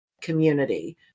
community